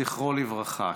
זכרו לברכה,